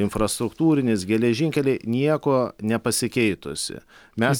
infrastruktūrinis geležinkeliai niekuo nepasikeitusi mes